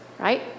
right